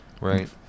Right